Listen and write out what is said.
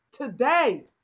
today